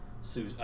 sue